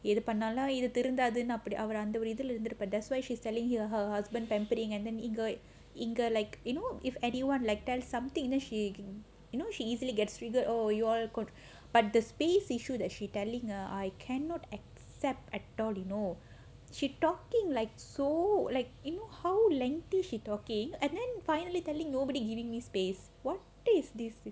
எது பண்ணாலும் இது திருந்தாதுன்னு அப்படி அவரு அந்த ஒரு இதுல இருந்து இருப்பாரு:ethu pannaalum ithu thirunthathunnu appadi avaru antha oru ithula irunthu iruppaaru that's why she is telling her husband pampering and then eage~ eager like you know if anyeone like tell something then she you you know she gets easily get triggerd but then she space issues she that telling ah I cannot accept at all you know she talking like so you know like how lengthy she talking and then finally talking how nobody giving me space like what is this